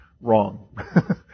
wrong